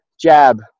jab